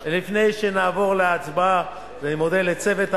ולפני שנעבור להצבעה אני מודה לצוות הוועדה,